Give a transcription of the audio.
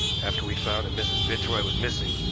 after we found that mrs. fitzroy was missing,